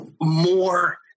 more